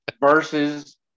versus